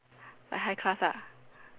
like high class lah